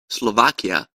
slovakia